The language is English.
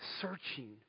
searching